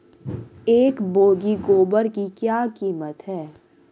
एक बोगी गोबर की क्या कीमत है?